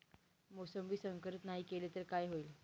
मोसंबी संकरित नाही केली तर काय होईल?